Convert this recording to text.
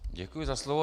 Děkuji za slovo.